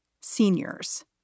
Seniors